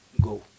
go